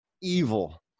evil